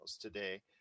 today